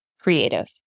creative